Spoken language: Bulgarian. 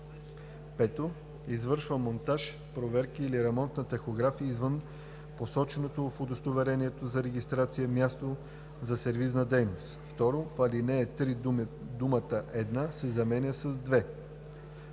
5. извършва монтаж, проверки или ремонт на тахографи извън посоченото в удостоверението за регистрация място за сервизна дейност.“ 2. В ал. 3 думата „една“ се заменя с